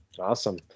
Awesome